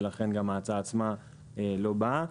ולכן גם ההצעה עצמה לא באה.